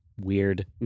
weird